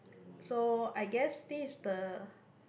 so I guess this is the